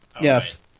Yes